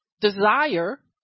desire